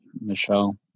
Michelle